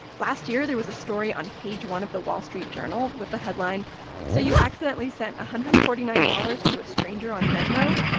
last year, there was a story on page one of the wall street journal with the headline so you accidentally sent one hundred and forty nine dollars to a stranger on venmo?